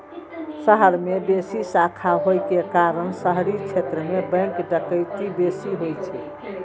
शहर मे बेसी शाखा होइ के कारण शहरी क्षेत्र मे बैंक डकैती बेसी होइ छै